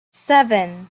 seven